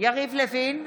יריב לוין,